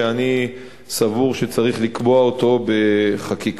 שאני סבור שצריך לקבוע אותו בחקיקה.